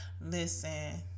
listen